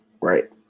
right